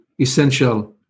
essential